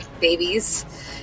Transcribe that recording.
babies